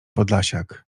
podlasiak